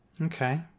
Okay